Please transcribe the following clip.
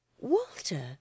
Walter